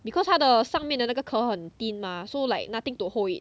because 他的上面的那个壳很 thin mah so like nothing to hold it